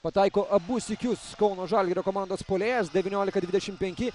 pataiko abu sykius kauno žalgirio komandos puolėjas devyniolika dvidešim penki